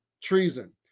treason